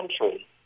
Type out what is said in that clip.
country